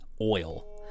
oil